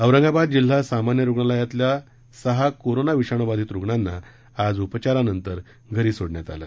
औरंगाबाद जिल्हा सामान्य रूग्णालयातल्या सहा कोरोना विषाणुबाधित रूग्णांना आज उपचारानंतर घरी सोडण्यात आलं